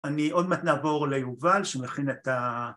‫אני... עוד מעט נעבור ליובל, ‫שהוא יכין את ה...